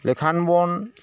ᱞᱮᱠᱷᱟᱱ ᱵᱚᱱ